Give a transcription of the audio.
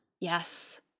Yes